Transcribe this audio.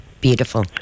Beautiful